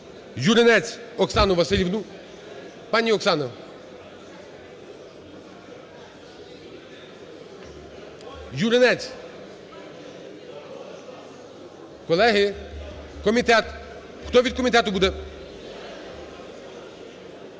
Юринець Оксану Василівну. Пані Оксана Юринець. Колеги, комітет, хто від комітету буде?